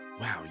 wow